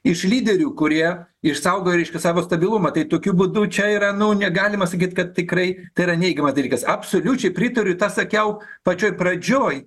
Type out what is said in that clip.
iš lyderių kurie išsaugojo savo stabilumą tai tokiu būdu čia yra nu negalima sakyti kad tikrai tai yra neigiamas dalykas absoliučiai pritariu tą sakiau pačioj pradžioj